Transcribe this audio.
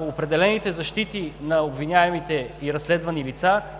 определените защити на обвиняемите и разследвани лица,